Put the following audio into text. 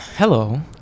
Hello